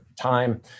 time